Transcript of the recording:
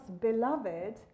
beloved